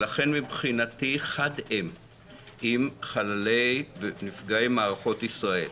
לכן מבחינתי חד הם עם חללי ונפגעי מערכות ישראל.